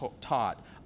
taught